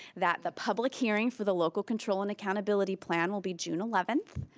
that the public hearing for the local control and accountability plan will be june eleventh.